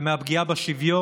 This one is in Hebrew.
רצו, הלכו להצביע,